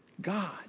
God